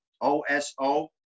O-S-O